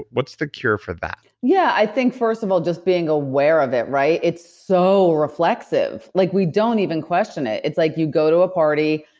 what's the cure for that? yeah i think first of all, just being aware of it, right? it's so reflexive. like we don't even question it. it's like you go to a party,